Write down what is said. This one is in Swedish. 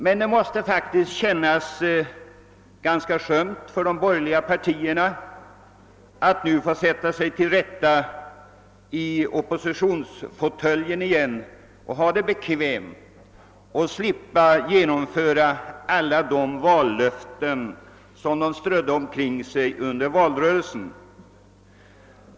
Men det måste faktiskt kännas ganska skönt för de borgerliga partierna att nu få sätta sig till rätta i oppositionsfåtöljen, ha det bekvämt och slippa genomföra alla de löften som de strödde omkring sig under valrörelsen.